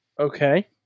Okay